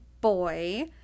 boy